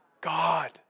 God